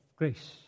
grace